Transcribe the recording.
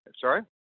Sorry